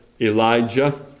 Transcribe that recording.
Elijah